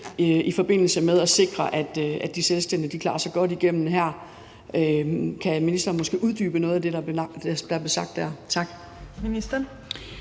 ting for at sikre, at de selvstændige klarer sig godt igennem? Kan ministeren måske uddybe noget af det, der blev sagt? Tak.